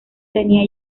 tenía